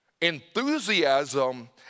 enthusiasm